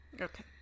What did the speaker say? Okay